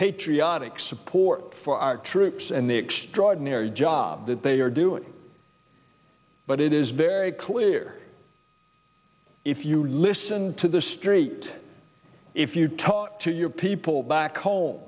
patriotic support for our troops and the extraordinary job that they are doing but it is very clear if you listen and to the street if you talk to your people back home